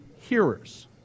hearers